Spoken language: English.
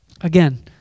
Again